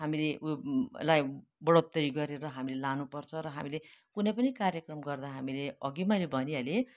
हामीले यसलाई बढोत्तरी गरेर हामीले लानुपर्छ र हामीले कुनै पनि कार्यक्रम गर्दा हामीले अघि मैले भनिहालेँ